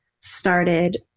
started